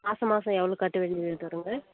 மாதம் மாதம் எவ்வளோ கட்ட வேண்டியது வரும்ங்க